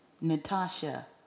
Natasha